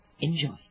Enjoy